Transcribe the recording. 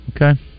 Okay